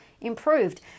improved